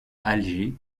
alger